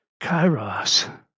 Kairos